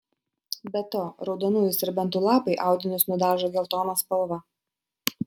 be to raudonųjų serbentų lapai audinius nudažo geltona spalva